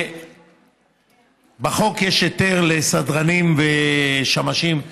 בחוק יש היתר לסדרנים ושמשים,